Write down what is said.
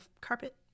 carpet